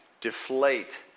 deflate